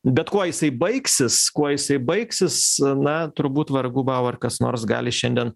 bet kuo jisai baigsis kuo jisai baigsis na turbūt vargu bau ar kas nors gali šiandien